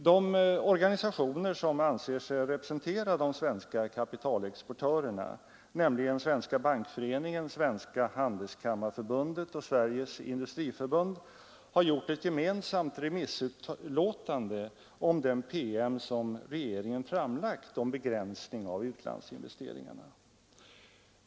De organisationer som anser sig representera de svenska kapitalexportörerna, nämligen Svenska bankföreningen, Svenska handelskammarförbundet och Sveriges Industriförbund, har gjort ett gemensamt remissutlåtande om den PM som regeringen framlagt om begränsning av utlandsinvesteringarna.